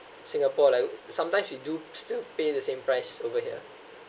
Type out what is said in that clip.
singapore like sometimes you do still pay the same price over here